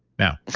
now,